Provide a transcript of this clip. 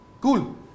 cool